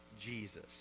Jesus